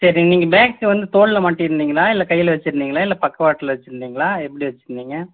சரிங்க நீங்கள் பேக்கை வந்து தோளில் மாட்டியிருந்தீங்களா இல்லை கையில் வைச்சிருந்தீங்களா இல்லை பக்கவாட்டில் வைச்சிருந்தீங்களா எப்படி வைச்சிருந்தீங்க